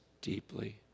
deeply